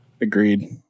Agreed